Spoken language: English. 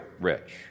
rich